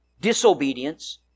Disobedience